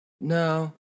No